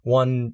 one